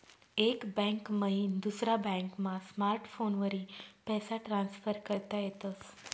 एक बैंक मईन दुसरा बॅकमा स्मार्टफोनवरी पैसा ट्रान्सफर करता येतस